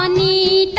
and e